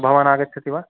भवान् आगच्छति वा